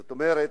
זאת אומרת,